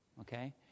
okay